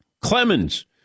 Clemens